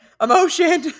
emotion